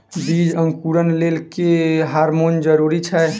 बीज अंकुरण लेल केँ हार्मोन जरूरी छै?